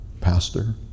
Pastor